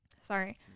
sorry